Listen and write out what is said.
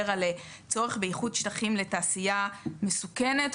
על צורך באיחוד שטחים לתעשייה מסוכנת,